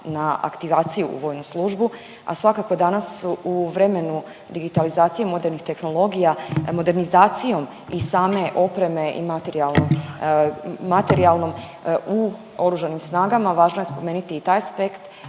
na aktivaciju u vojnu službu, a svakako danas su u vremenu digitalizacije, modernih tehnologija, modernizacijom i same opreme i materijalnom, materijalnom u Oružanim snagama važno je spomenuti i taj aspekt